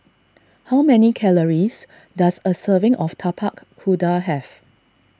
how many calories does a serving of Tapak Kuda have